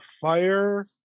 fire